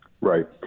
Right